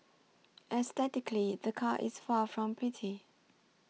aesthetically the car is far from pretty